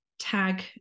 tag